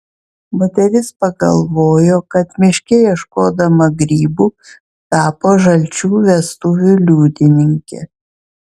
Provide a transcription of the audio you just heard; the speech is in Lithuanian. moteris pagalvojo kad miške ieškodama grybų tapo žalčių vestuvių liudininke